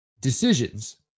decisions